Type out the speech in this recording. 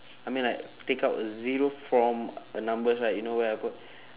I mean like take out zero from a numbers right you know where I put